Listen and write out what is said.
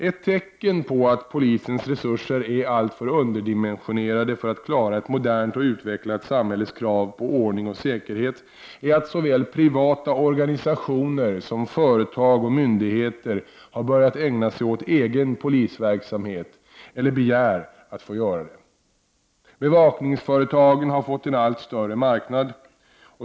Ett tecken på att polisens resurser är alltför underdimensionerade för att klara ett modernt och utvecklat samhälles krav på ordning och säkerhet är att såväl privata organisationer som företag och myndigheter har börjat ägna sig åt egen polisverksamhet eller begär att få göra det. Bevakningsföretagen har fått en allt större marknad.